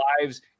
lives